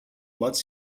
much